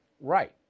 right